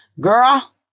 girl